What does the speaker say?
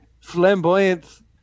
flamboyant